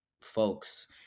folks